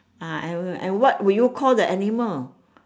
ah and and what would you call the animal